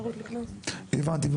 הבנתי.